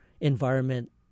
environment